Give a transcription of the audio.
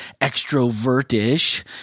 extrovertish